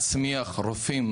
עשרות שנים להצמיח רופאים,